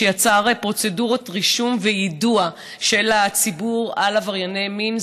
שיצר פרוצדורות רישום ויידוע של הציבור על עברייני מין.